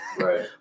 Right